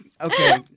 okay